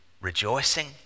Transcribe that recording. rejoicing